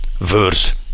verse